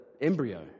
embryo